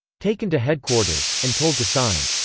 taken to headquarters, and told to sign.